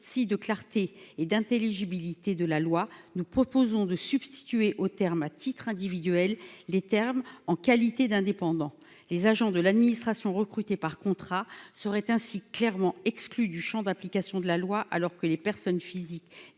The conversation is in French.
de clarté et d'intelligibilité de la loi, nous proposons de substituer au terme à titre individuel les termes en qualité d'indépendant, les agents de l'administration, recrutés par contrat seraient ainsi clairement exclus du Champ d'application de la loi, alors que les personnes physiques